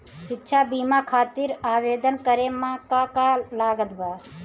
शिक्षा बीमा खातिर आवेदन करे म का का लागत बा?